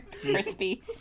Crispy